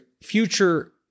future